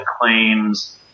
claims